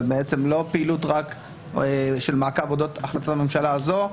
זה לא פעילות רק של מעקב אודות החלטות הממשלה הזאת,